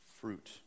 Fruit